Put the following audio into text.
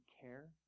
care